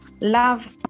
love